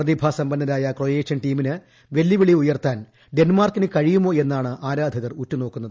പ്രതിഭാ സമ്പന്നരായ ക്രൊയേഷ്യൻ ടീമിന് വെല്ലുവിളി ഉയർത്താൻ ഡെൻമാർക്കിന് കഴിയുമോ എന്നാ്ണ് ആരാധകർ ഉറ്റുനോക്കുന്നത്